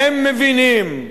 הם מבינים.